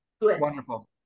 Wonderful